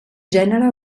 gènere